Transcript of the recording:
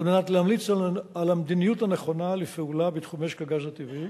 על מנת להמליץ על המדיניות הנכונה לפעולה בתחום משק הגז הטבעי